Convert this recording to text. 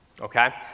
Okay